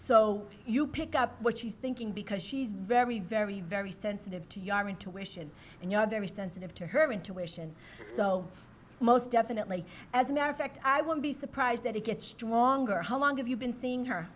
so you pick up what you thinking because she's very very very sensitive to your intuition and you are very sensitive to her intuition so most definitely as a matter fact i would be surprised that it gets stronger how long have you been seeing her